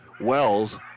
Wells